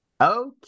Okay